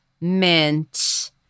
mint